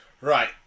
Right